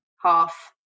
half